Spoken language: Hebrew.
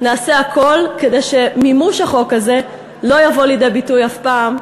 נעשה הכול כדי שמימוש החוק הזה לא יבוא לידי ביטוי אף פעם,